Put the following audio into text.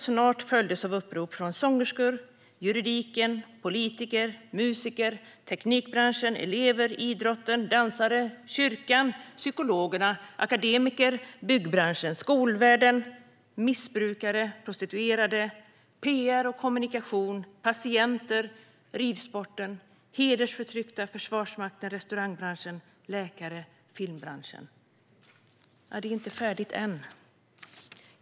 Snart följde upprop från sångerskor, jurister, politiker, musiker, elever, idrottare, dansare, psykologer, akademiker, missbrukare, prostituerade, hedersförtryckta, patienter, läkare och kvinnor i teknikbranschen, kyrkan, byggbranschen, skolvärlden, branscher som PR och kommunikation, ridsporten, Försvarsmakten, restaurangbranschen och filmbranschen.